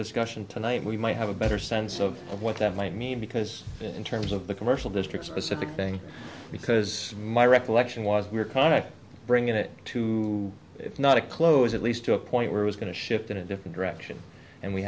discussion tonight we might have a better sense of what that might mean because in terms of the commercial district specific thing because my recollection was we're kind of bringing it to it's not a close at least to a point where it was going to shift in a different direction and we